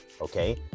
okay